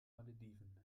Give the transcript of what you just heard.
malediven